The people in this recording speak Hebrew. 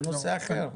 זה נושא אחר.